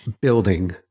building